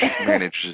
manages